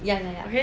ya ya ya